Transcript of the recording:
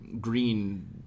green